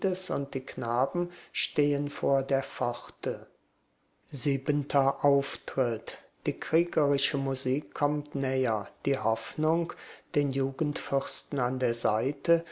die genien stehen vor der pforte siebenter auftritt die kriegerische musik kommt näher die hoffnung den jugendfürsten an der seite